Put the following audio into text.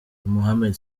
mohamed